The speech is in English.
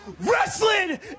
wrestling